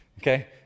Okay